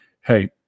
hey